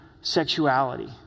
sexuality